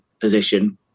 position